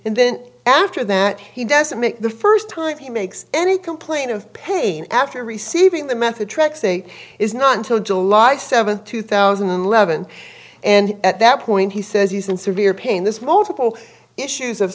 and then after that he doesn't make the first time he makes any complaint of pain after receiving the method tracks a is not until july seventh two thousand and eleven and at that point he says he's in severe pain this multiple issues of